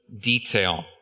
detail